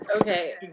okay